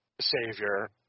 savior